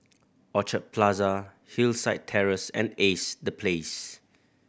Orchard Plaza Hillside Terrace and Ace The Place